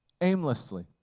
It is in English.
aimlessly